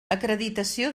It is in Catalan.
acreditació